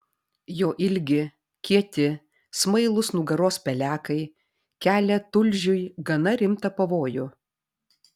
jo ilgi kieti smailūs nugaros pelekai kelia tulžiui gana rimtą pavojų